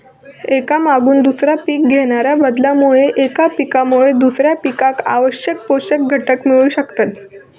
एका मागून दुसरा पीक घेणाच्या बदलामुळे एका पिकामुळे दुसऱ्या पिकाक आवश्यक पोषक घटक मिळू शकतत